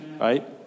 Right